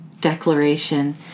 declaration